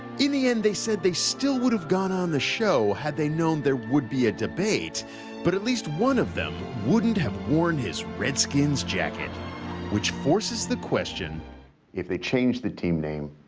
in the end, they said they still would have gone on the show had they known there would be a debate but at least one of them wouldn't have worn his red skins jacket which forces the question if they change the team name,